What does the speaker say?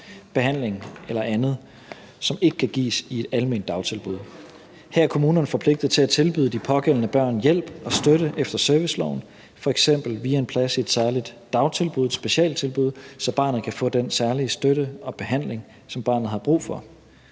behandling eller andet, som ikke kan gives i et alment dagtilbud. Her er kommunerne forpligtet til at tilbyde de pågældende børn hjælp og støtte efter serviceloven, f.eks. via en plads i et særligt dagtilbud, et specialtilbud, så barnet kan få den særlige støtte og behandling, som barnet har brug for.